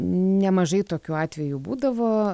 nemažai tokių atvejų būdavo